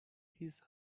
his